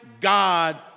God